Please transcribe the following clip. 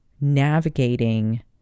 navigating